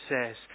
says